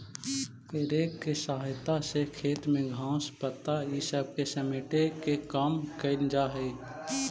rake के सहायता से खेत में घास, पत्ता इ सब के समेटे के काम कईल जा हई